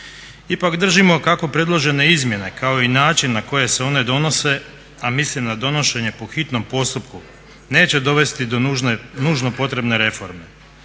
Ipak držimo kako predložene izmjene kao i način na koji se one donose, a mislim na donošenje po hitnom postupku, neće dovesti do nužno potrebne reforme.